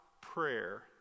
prayer